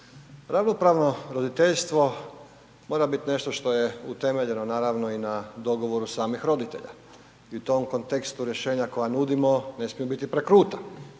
Ravnopravno roditeljstvo mora bit nešto što je utemeljeno naravno i na dogovoru samih roditelja i u tom kontekstu rješenja koja nudimo ne smiju biti prekruta,